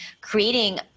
creating